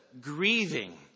grieving